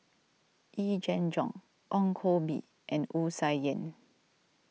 Yee Jenn Jong Ong Koh Bee and Wu Tsai Yen